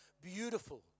Beautiful